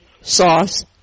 sauce